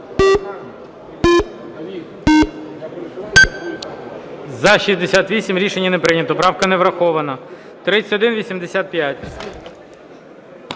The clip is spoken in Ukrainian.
За-68 Рішення не прийнято. Правка не врахована. 3185.